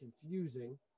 confusing